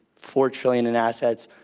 four trillion in assets,